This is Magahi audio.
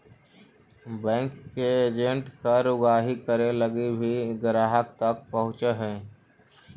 बैंक के एजेंट कर उगाही करे लगी भी ग्राहक तक पहुंचऽ हइ